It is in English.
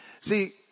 See